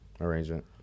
arrangement